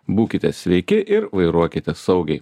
būkite sveiki ir vairuokite saugiai